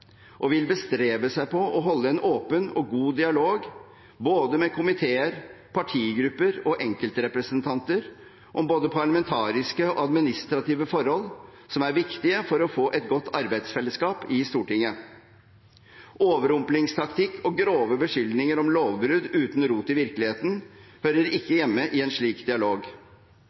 og vil bestrebe seg på å holde en åpen og god dialog med både komiteer, partigrupper og enkeltrepresentanter om både parlamentariske og administrative forhold som er viktige for å få et godt arbeidsfellesskap i Stortinget. Overrumplingstaktikk og grove beskyldninger om lovbrudd uten rot i virkeligheten hører ikke hjemme i en slik dialog.